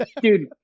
Dude